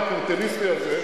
אני מוכן לשמוע אותו,